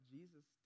Jesus